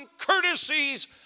courtesies